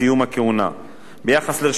ביחס לרשימת התארים האקדמיים